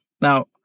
Now